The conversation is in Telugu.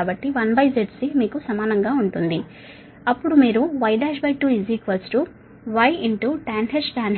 కాబట్టి 1ZC మీకు సమానం గా ఉంటుంది అప్పుడు మీరు Y12Ytanh